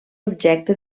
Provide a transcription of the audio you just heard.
objecte